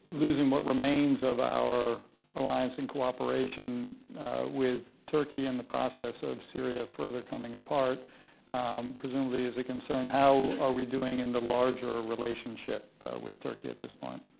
losing what remains of our alliance and cooperation with turkey, and the process of syria further coming apart presumably is a concern. how are we doing in the larger relationship with turkey at this point?